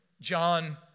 John